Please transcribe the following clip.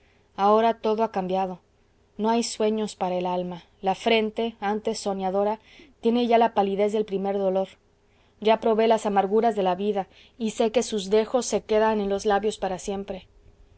ahora todo ha cambiado no hay sueños para el alma la frente antes soñadora tiene ya la palidez del primer dolor ya probé las amarguras de la vida y sé que sus dejos se quedan en los labios para siempre